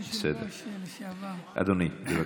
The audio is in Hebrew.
אדוני, בבקשה.